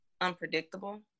unpredictable